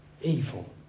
evil